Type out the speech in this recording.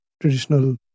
traditional